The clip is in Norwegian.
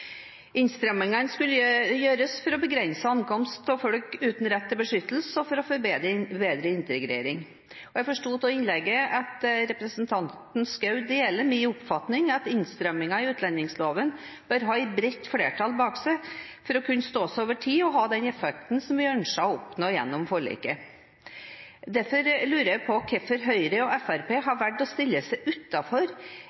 Innstrammingene skulle gjøres for å begrense ankomsten av folk uten rett til beskyttelse, og for å få bedre integrering. Jeg forsto av innlegget at representanten Schou deler min oppfatning – at innstramminger i utlendingsloven bør har et bredt flertall bak seg for å kunne stå seg over tid og ha den effekten som vi ønsket å oppnå gjennom forliket. Derfor lurer jeg på hvorfor Høyre og